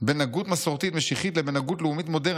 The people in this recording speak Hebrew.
בין הגות מסורתית-משיחית לבין הגות לאומית-מודרנית.